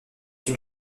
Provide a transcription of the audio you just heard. une